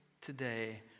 today